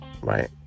right